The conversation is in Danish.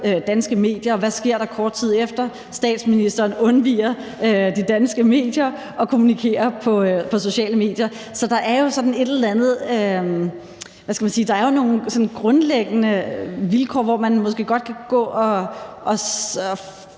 danske medier. Og hvad sker der kort tid efter? Statsministeren undviger de danske medier og kommunikerer på sociale medier. Så der er jo sådan, hvad skal man sige, nogle grundlæggende vilkår, hvor man måske godt kan gå og